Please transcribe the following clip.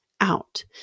out